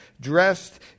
dressed